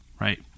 right